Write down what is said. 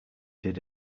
did